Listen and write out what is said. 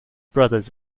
brothers